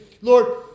lord